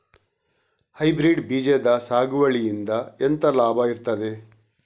Hybrid ಬೀಜದ ಸಾಗುವಳಿಯಿಂದ ಎಂತ ಲಾಭ ಇರ್ತದೆ?